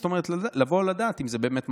זאת אומרת לבוא לדעת אם זה באמת נמשך,